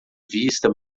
vista